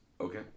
Okay